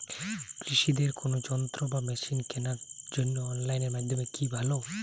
কৃষিদের কোন যন্ত্র বা মেশিন কেনার জন্য অনলাইন মাধ্যম কি ভালো?